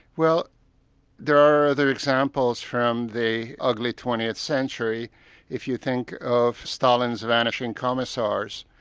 well there are other examples from the ugly twentieth century if you think of stalin's vanishing commissars,